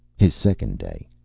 his second day.